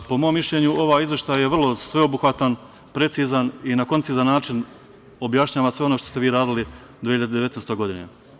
Po mom mišljenju, ovaj izveštaj je vrlo sveobuhvatan, precizan i na koncizan način objašnjava sve ono što ste vi radili 2019. godine.